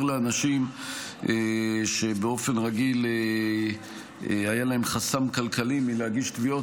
לאנשים שבאופן רגיל היה להם חסם כלכלי מלהגיש תביעות